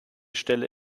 stelle